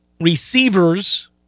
receivers